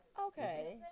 Okay